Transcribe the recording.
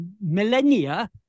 millennia